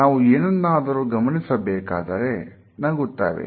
ನಾವು ಏನನ್ನಾದರೂ ಗಮನಿಸಬೇಕಾದರೆ ನಗುತ್ತೇವೆ